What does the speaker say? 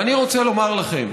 אני רוצה לומר לכם,